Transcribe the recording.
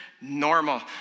normal